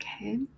Okay